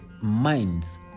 minds